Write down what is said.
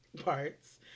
parts